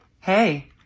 Hey